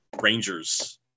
Rangers